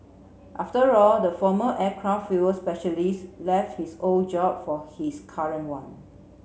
after all the former aircraft fuel specialist left his old job for his current one